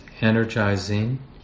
energizing